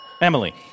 Emily